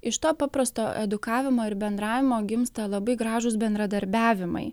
iš to paprasto edukavimo ir bendravimo gimsta labai gražūs bendradarbiavimai